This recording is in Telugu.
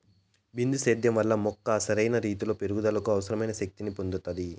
బిందు సేద్యం వలన మొక్క సరైన రీతీలో పెరుగుదలకు అవసరమైన శక్తి ని పొందుతాది